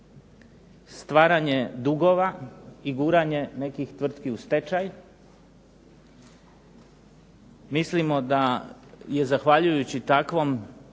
stvaranje dugova i guranje nekih tvrtki u stečaj. Mislimo da je zahvaljujući takvom